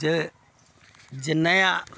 जे जे नया